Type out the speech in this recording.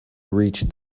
reached